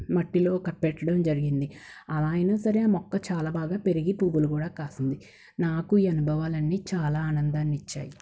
మట్టిలో కపెట్టడం జరిగింది అలా అయినా సరే మొక్క చాలా బాగా పెరిగి పువ్వులు కూడా కాసింది నాకు ఈ అనుభవాలన్నీ చాల ఆనందాన్నిచ్చాయి